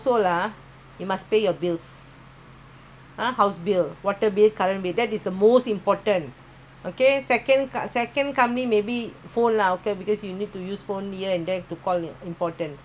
important house ah what line ah that one also eye ah